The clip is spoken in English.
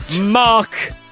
Mark